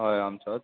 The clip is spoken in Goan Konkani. हय आमचोच